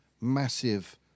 massive